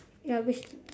ya waste